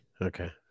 Okay